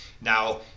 Now